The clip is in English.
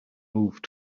moved